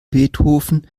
beethoven